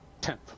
tenth